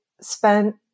spent